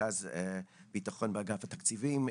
רכז ביטחון באגף התקציבים,